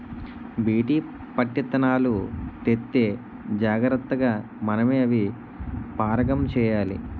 BT పత్తిత్తనాలు తెత్తే జాగ్రతగా మనమే అవి పరాగం చెయ్యాలి